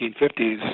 1950s